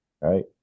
right